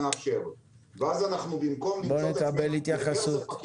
מאז הטלגרף המציאו את הטלפון,